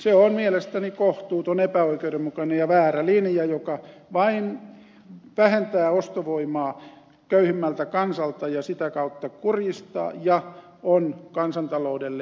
se on mielestäni kohtuuton epäoikeudenmukainen ja väärä linja joka vain vähentää ostovoimaa köyhimmältä kansalta ja sitä kautta kurjistaa ja on kansantaloudelle epäedullista